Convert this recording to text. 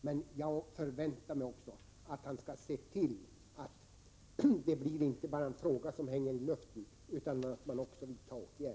Men jag förväntar mig också att han vidtar åtgärder.